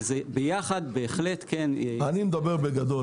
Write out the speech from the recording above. וביחד בהחלט כן --- אני מדבר בגדול.